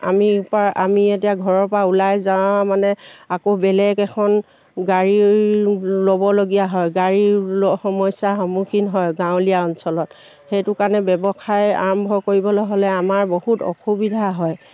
আমি পৰা আমি এতিয়া ঘৰৰ পৰা ওলাই যাওঁ মানে আকৌ বেলেগ এখন গাড়ী ল'বলগীয়া হয় গাড়ীৰ সমস্যাৰ সন্মুখীন হয় গাঁৱলীয়া অঞ্চলত সেইটো কাৰণে ব্যৱসায় আৰম্ভ কৰিবলৈ হ'লে আমাৰ বহুত অসুবিধা হয়